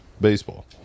baseball